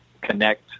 connect